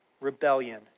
rebellion